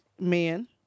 men